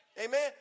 Amen